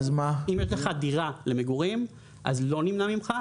אם יש לך דירה למגורים אז לא נמנע ממך,